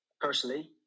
Personally